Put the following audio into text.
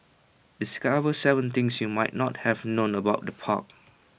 discover Seven things you might not have known about the park